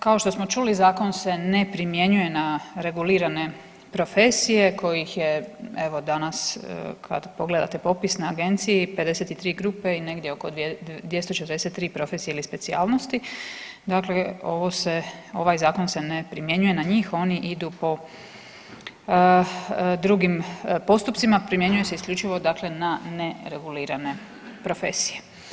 Kao što smo čuli zakon se ne primjenjuje na regulirane profesije kojih ih je evo danas kad pogledate popis na agenciji 53 grupe i negdje oko 243 profesije ili specijalnosti, dakle ovo se, ovaj zakon se ne primjenjuje na njih, oni idu po drugim postupcima, primjenjuje se isključivo dakle na ne regulirane profesije.